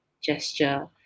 gesture